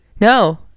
No